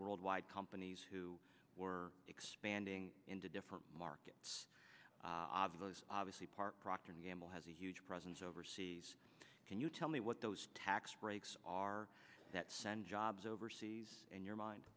worldwide companies who were expanding into different markets obviously part procter and gamble has a huge presence overseas can you tell me what those tax breaks are that send jobs overseas and your mind